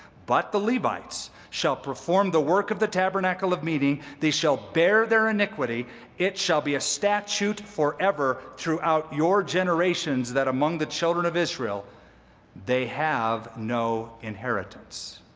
but the levites shall perform the work of the tabernacle of meeting, they shall bear their iniquity it shall be a statute forever, throughout your generations, that among the children of israel they have no inheritance